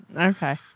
Okay